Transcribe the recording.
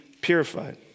purified